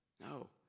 No